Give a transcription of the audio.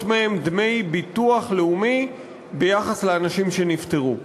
מהם דמי ביטוח לאומי של אנשים שנפטרו.